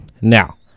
Now